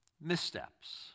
missteps